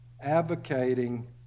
advocating